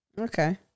Okay